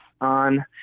on